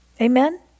Amen